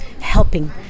helping